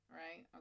right